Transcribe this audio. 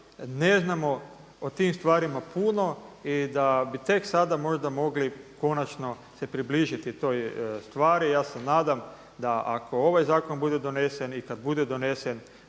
ne znamo o tim stvarima puno i da bi tek sada možda mogli konačno se približiti toj stvari. Ja se nadam da ako ovaj zakon bude donesen i kad bude donesen